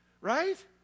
right